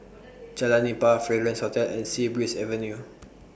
Jalan Nipah Fragrance Hotel and Sea Breeze Avenue